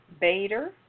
Bader